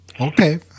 Okay